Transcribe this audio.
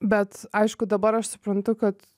bet aišku dabar aš suprantu kad